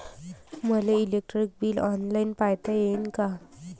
मले electric bill online पायता येईन का?